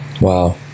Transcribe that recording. Wow